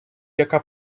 яка